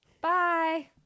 Bye